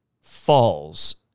falls